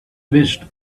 wished